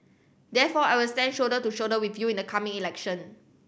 therefore I will stand shoulder to shoulder with you in the coming election